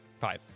five